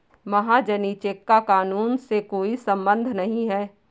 महाजनी चेक का कानून से कोई संबंध नहीं है